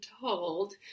told